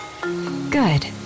Good